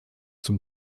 zum